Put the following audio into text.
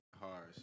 hard